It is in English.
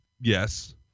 Yes